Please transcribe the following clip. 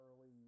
early